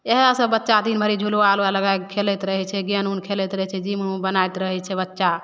इएहसब बच्चा दिनभरि झुलुआ उलुआ लगैके खेलैत रहै छै गेन उन खेलैत रहै छै जिम उम बनाइत रहै छै बच्चा